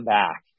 back